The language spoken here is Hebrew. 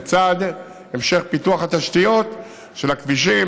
לצד המשך פיתוח תשתיות הכבישים,